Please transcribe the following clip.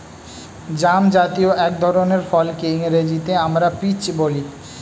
জামজাতীয় এক ধরনের ফলকে ইংরেজিতে আমরা পিচ বলি